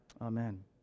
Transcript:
Amen